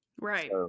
Right